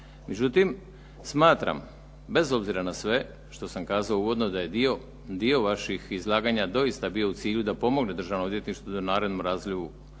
Međutim, smatram bez obzira na sve što sam kazao uvodno da je dio vaših izlaganja doista bio u cilju da pomogne Državnom odvjetništvu da u narednom razdoblju